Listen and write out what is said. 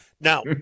Now